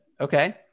okay